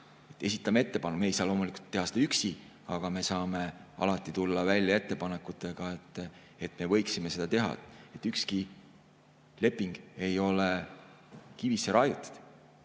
selle ettepaneku. Me ei saa loomulikult teha seda üksi, aga me saame alati tulla välja ettepanekutega, et me võiksime seda teha. Ükski leping ei ole kivisse raiutud.